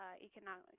economic